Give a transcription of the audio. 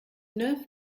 neuf